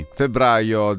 febbraio